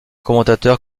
commentateurs